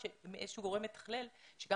אין איזשהו גורם מתכלל שגם